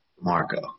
Marco